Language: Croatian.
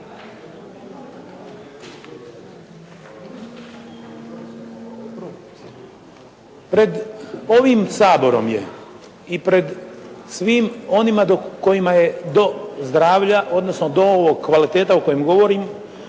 Pred ovim Saborom je i pred svim onima kojima je do zdravlja odnosno do ovog kvalitete o kojem govorim